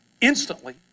Instantly